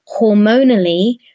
hormonally